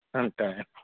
ଏନ୍ତା